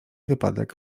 wypadek